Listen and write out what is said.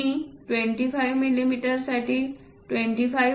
मी 25mm साठी 25